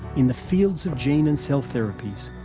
in the fields of gene and cell therapies,